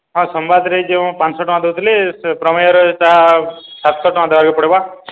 ହଁ ସମ୍ବାଦ୍ରେ ଯେ ପାଂଶହ ଟଙ୍କା ଦଉଥିଲେ ସେ ପ୍ରମେୟର ହେଟା ସାତ୍ଶହ ଟଙ୍କା ଦେବାକେ ପଡ଼୍ବା